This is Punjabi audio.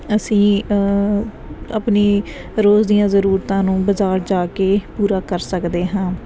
ਅਸੀਂ ਆਪਣੀ ਰੋਜ਼ ਦੀਆਂ ਜ਼ਰੂਰਤਾਂ ਨੂੰ ਬਾਜ਼ਾਰ ਜਾ ਕੇ ਪੂਰਾ ਕਰ ਸਕਦੇ ਹਾਂ